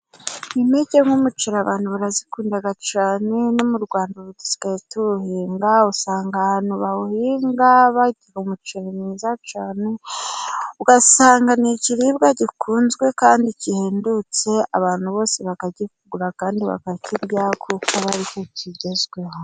Impeke nk'umuceri abantu barazikunda cyane, no mu Rwanda ubu dusigaye tuwuhinga, usanga abantu bawuhinga bagira umuceri mwiza cyane, ugasanga ni ikiribwa gikunzwe kandi gihendutse abantu bose bakakigura kandi bakakirya kuko aba ari cyo kigezweho.